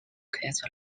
quite